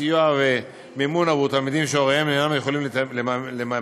סיוע ומימון עבור תלמידים שהוריהם אינם יכולים לממן